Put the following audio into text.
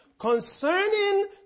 concerning